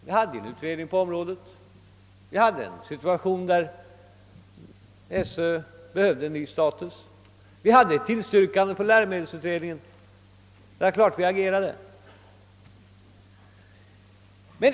Vi hade en utredning på området, vi hade en situation där SÖö-förlaget behövde en ny status, vi hade ett tillstyrkande från läromedelsutredningen — det är klart att vi då agerade.